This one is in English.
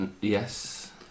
Yes